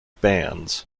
bands